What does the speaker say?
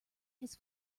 his